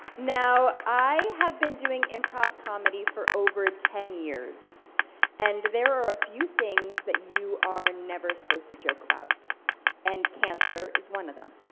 now, i have been doing improv comedy for over ten years and there are a few things that you are never supposed to joke about and cancer is one of them.